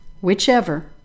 Whichever